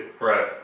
Right